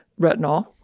retinol